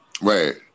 Right